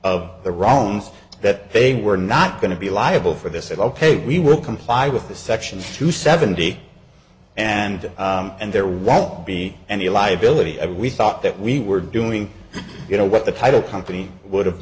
of the rounds that they were not going to be liable for this that ok we will comply with the sections to seventy and and there won't be any liability and we thought that we were doing you know what the title company would have